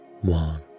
One